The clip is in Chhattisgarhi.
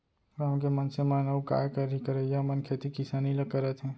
गॉंव के मनसे मन अउ काय करहीं करइया मन खेती किसानी ल करत हें